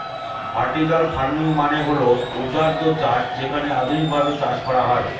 vertical farming মানে হল ঊর্ধ্বাধ চাষ যেখানে আধুনিকভাবে চাষ করা হয়